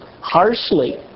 harshly